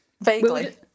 vaguely